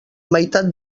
meitat